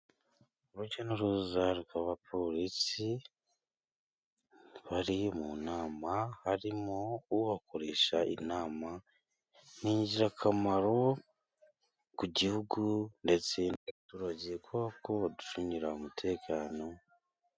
Urujya n'uruza rw'abaporisi bari mu nama, harimo ubakoresha inama, n'ingirakamaro ku gihugu ndetse turagirwa kubacugira umutekano.